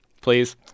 Please